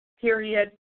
period